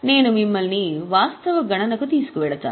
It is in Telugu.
నేను మిమ్మల్ని వాస్తవ గణనకు తీసుకువెళతాను